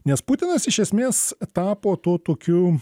nes putinas iš esmės tapo tuo tokiu